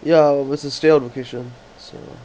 ya I was a stay out location so